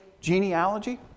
genealogy